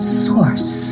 source